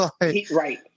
Right